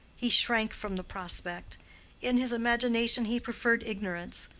he shrank from the prospect in his imagination he preferred ignorance.